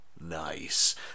Nice